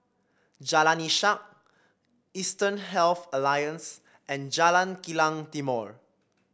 Jalan Ishak Eastern Health Alliance and Jalan Kilang Timor